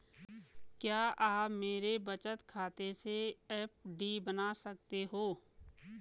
क्या आप मेरे बचत खाते से एफ.डी बना सकते हो?